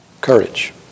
Courage